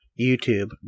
YouTube